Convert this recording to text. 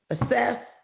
Assess